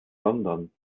london